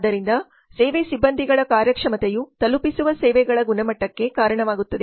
ಆದ್ದರಿಂದ ಸೇವೆ ಸಿಬ್ಬಂದಿಗಳ ಕಾರ್ಯಕ್ಷಮತೆಯು ತಲುಪಿಸುವ ಸೇವೆಗಳ ಗುಣಮಟ್ಟಕ್ಕೆ ಕಾರಣವಾಗುತ್ತದೆ